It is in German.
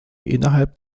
innerhalb